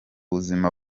buzima